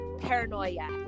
paranoia